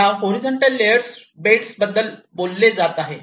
तर या horizontal layers beds बद्दल बोलले जात आहे